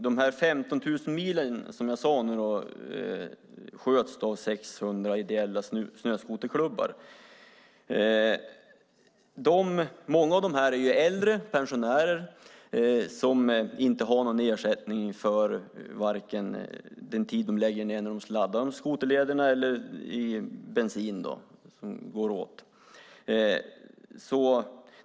De 15 000 mil jag nämnde sköts av 600 ideella snöskoterklubbar. Många av dessa människor är äldre och pensionärer som inte har någon ersättning vare sig för den tid de lägger ned när de sladdar skoterlederna eller för den bensin som går åt.